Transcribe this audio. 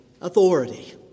authority